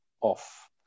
off